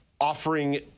offering